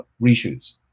reshoots